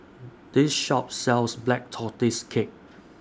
This Shop sells Black Tortoise Cake